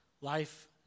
life